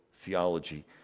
theology